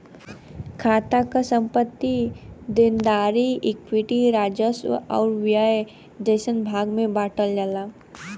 खाता क संपत्ति, देनदारी, इक्विटी, राजस्व आउर व्यय जइसन भाग में बांटल जाला